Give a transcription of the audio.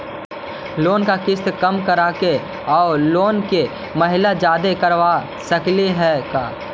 Loan के किस्त कम कराके औ लोन के महिना जादे करबा सकली हे का?